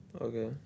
Okay